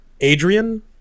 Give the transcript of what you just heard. Adrian